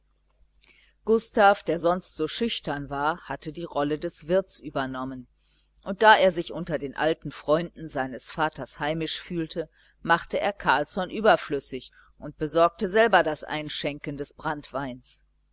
gustav der sonst so schüchtern war hatte die rolle des wirts übernommen und da er sich unter den alten freunden seines vaters heimisch fühlte machte er carlsson überflüssig und besorgte selber das einschenken des branntweins